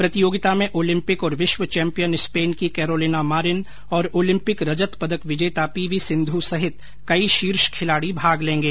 प्रतियोगिता में ओलिंपिक और विश्व चैम्पियन स्पेन की कैरोलिना मारिन और ओलिंपिक रजत पदक विजेता पी वी सिंधू सहित कई शीर्ष खिलाड़ी भाग लेंगे